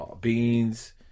Beans